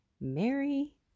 Mary